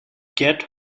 get